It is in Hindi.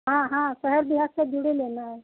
हाँ हाँ शहर देहात से जुड़े लेना है